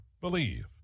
believe